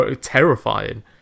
terrifying